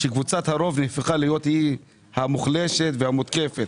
שקבוצת הרוב היא המוחלשת והמותקפת.